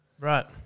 Right